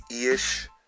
ish